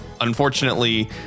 unfortunately